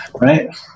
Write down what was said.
right